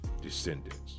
descendants